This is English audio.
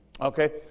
Okay